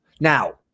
Now